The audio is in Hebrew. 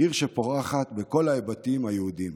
עיר שפורחת בכל ההיבטים היהודיים.